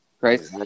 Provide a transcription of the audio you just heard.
Right